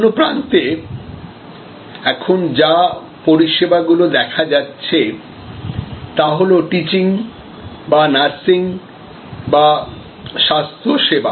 অন্য প্রান্তে এখন যা পরিষেবা গুলো দেখা যাচ্ছে তা হল টিচিং বা নার্সিং বা স্বাস্থ্যসেবা